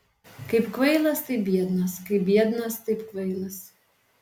kaip kvailas taip biednas kaip biednas taip kvailas